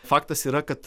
faktas yra kad